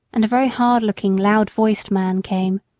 and a very hard-looking, loud-voiced man came.